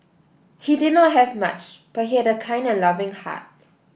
he did not have much but he had a kind and loving heart